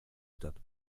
statt